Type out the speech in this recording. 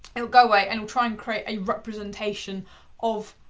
it'll go away and will try and create a representation of.